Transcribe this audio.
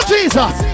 Jesus